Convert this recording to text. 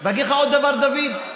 ואגיד לך עוד דבר, דוד?